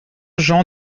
jean